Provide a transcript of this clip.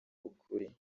ukuri